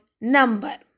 number